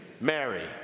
Mary